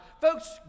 Folks